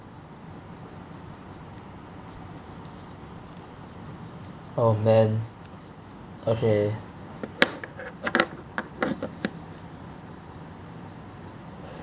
oh man okay